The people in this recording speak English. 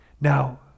Now